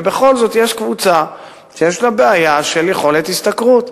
ובכל זאת יש קבוצה שיש לה בעיה של יכולת השתכרות.